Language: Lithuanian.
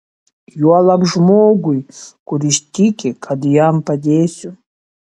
juolab žmogui kuris tiki kad jam padėsiu